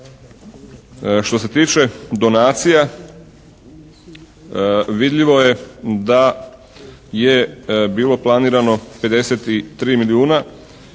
Što se tiče donacija vidljivo je da je bilo planirano 53 milijuna